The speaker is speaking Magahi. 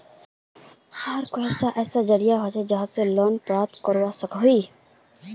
आर कोई ऐसा जरिया होचे जहा से लोन प्राप्त करवा सकोहो ही?